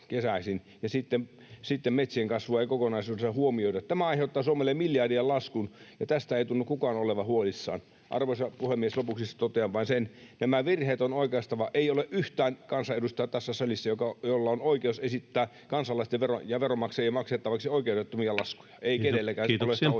sitten metsien kasvua ei kokonaisuudessaan huomioida. Tämä aiheuttaa Suomelle miljardien laskun, ja tästä ei tunnu kukaan olevan huolissaan. Arvoisa puhemies! Lopuksi totean vain: Nämä virheet on oikaistava. Ei ole yhtään kansanedustajaa tässä salissa, jolla on oikeus esittää kansalaisten ja veronmaksajien maksettavaksi oikeudettomia laskuja. Ei kenelläkään ole sitä oikeutta.